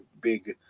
big